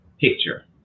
picture